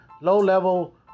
low-level